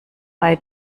bei